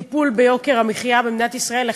טיפול ביוקר המחיה במדינת ישראל.